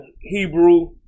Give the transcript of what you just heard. Hebrew